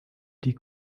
die